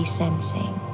sensing